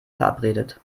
verabredet